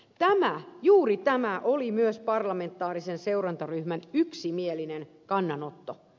tämä juuri tämä oli myös parlamentaarisen seurantaryhmän yksimielinen kannanotto